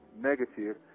negative